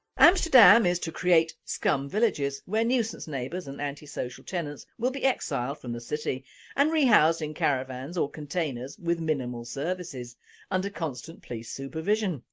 amsterdam is to create scum villages where nuisance neighbours and anti-social tenants will be exiled from the city and rehoused in caravans or containers with minimal services under constant police supervision.